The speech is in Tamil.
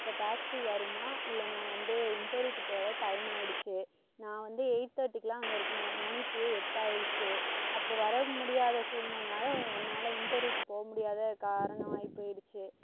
இப்போ டேக்சி வருமா இல்லை நான் வந்து இண்டர்வியூக்கு போகற டைம் ஆயிடுச்சு நான் வந்து எயிட் தேர்ட்டிக்கு எல்லாம் அங்கே இருக்கணும் மணி இப்பையே எட்டாயிருச்சு அப்போ வர முடியாத சூழ்நிலையினால் என்னால் இண்டர்வியூக்கு போக முடியாத காரணம் ஆயி போயிடுச்சு